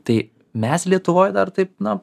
tai mes lietuvoj dar taip na